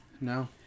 No